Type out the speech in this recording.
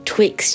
Twix